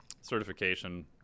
certification